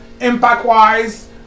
impact-wise